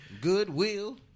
Goodwill